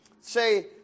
say